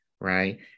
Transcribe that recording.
right